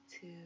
two